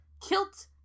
Kilt